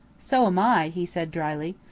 so am i, he said drily.